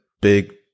big